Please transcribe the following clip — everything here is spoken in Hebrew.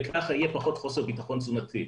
וככה יהיה פחות חוסר בטחון תזונתי.